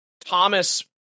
Thomas